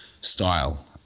style